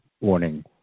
warning